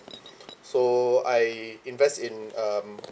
so I invest in um